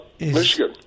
Michigan